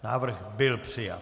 Návrh byl přijat.